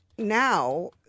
Now